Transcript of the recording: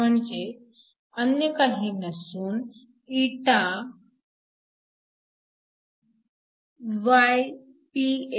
म्हणजेच अन्य काही नसून phAVolume आहे